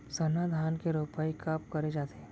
सरना धान के रोपाई कब करे जाथे?